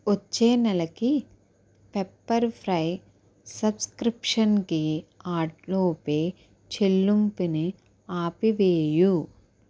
వచ్చే నెలకి పెప్పర్ఫ్రై సబ్స్క్రిప్షన్కి ఆటోపే చెల్లింపుని ఆపివేయు